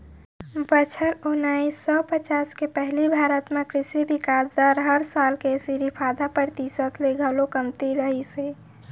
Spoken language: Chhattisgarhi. बछर ओनाइस सौ पचास के पहिली भारत म कृसि बिकास दर हर साल के सिरिफ आधा परतिसत ले घलौ कमती रहिस हे